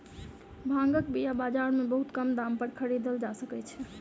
भांगक बीया बाजार में बहुत कम दाम पर खरीदल जा सकै छै